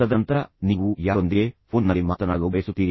ತದನಂತರ ನೀವು ಯಾರೊಂದಿಗೆ ಫೋನ್ ನಲ್ಲಿ ಮಾತನಾಡಲು ಬಯಸುತ್ತೀರಿ